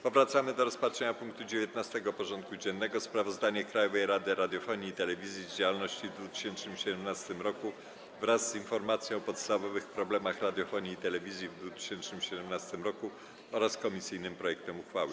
Powracamy do rozpatrzenia punktu 19. porządku dziennego: Sprawozdanie Krajowej Rady Radiofonii i Telewizji z działalności w 2017 roku wraz z informacją o podstawowych problemach radiofonii i telewizji w 2017 roku oraz komisyjnym projektem uchwały.